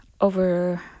over